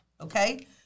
Okay